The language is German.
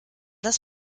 das